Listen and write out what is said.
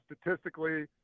statistically